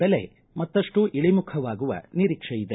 ಬೆಲೆ ಮತ್ತಷ್ಟು ಇಳಿಮುಖವಾಗುವ ನಿರೀಕ್ಷೆಯಿದೆ